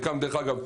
דרך אגב,